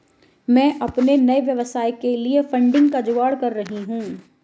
मैं अपने नए व्यवसाय के लिए फंडिंग का जुगाड़ कर रही हूं